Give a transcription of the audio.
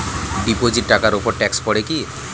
Deposit টাকার উপর tax পড়ে কি?